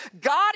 God